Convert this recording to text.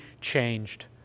changed